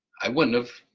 i wouldn't have,